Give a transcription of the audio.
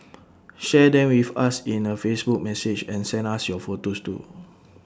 share them with us in A Facebook message and send us your photos too